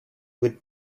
would